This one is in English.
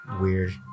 weird